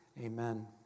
Amen